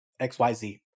XYZ